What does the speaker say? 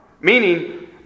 Meaning